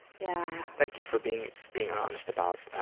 yeah thank you for being being honest about